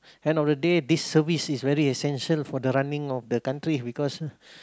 end of the day this service is very essential for the running of the country because